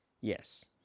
Yes